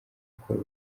gukora